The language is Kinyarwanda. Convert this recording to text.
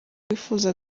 wifuza